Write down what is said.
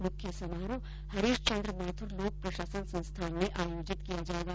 मुख्य समारोह हरीशचन्द्र माथुर लोकप्रशासन संस्थान में आयोजित किया जायेगा